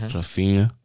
Rafinha